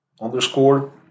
underscore